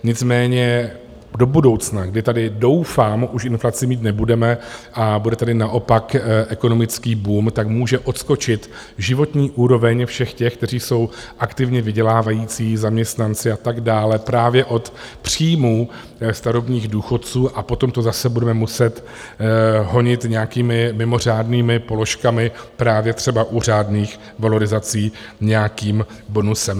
Nicméně do budoucna, kdy tady doufám už inflaci mít nebudeme a bude tady naopak ekonomický boom, může odskočit životní úroveň všech těch, kteří jsou aktivně vydělávající zaměstnanci a tak dále, právě od příjmů starobních důchodců, a potom to zase budeme muset honit nějakými mimořádnými položkami právě třeba u řádných valorizací, nějakým bonusem.